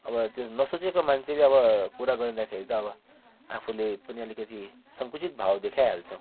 अब त्यो नसोचेको मान्छेले अब कुरा गर्दाखेरि त अब आफूले पनि अलिकति सङ्कुचित भाव देखाइहाल्छ